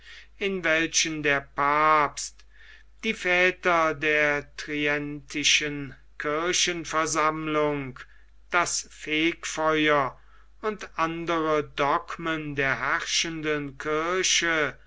in welchen der papst die väter der trientischen kirchenversammlung das fegfeuer und andere dogmen der herrschenden kirche